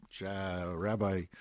Rabbi